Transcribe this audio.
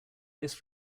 this